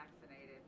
vaccinated